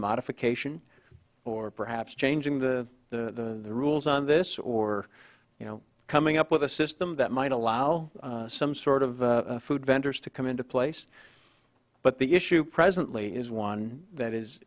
modification or perhaps changing the the rules on this or you know coming up with a system that might allow some sort of food vendors to come into place but the issue presently is one that is